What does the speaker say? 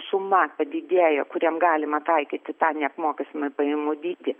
suma padidėjo kuriem galima taikyti tą neapmokestinamąjį pajamų dydį